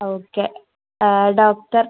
okay ആ doctor